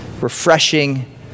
refreshing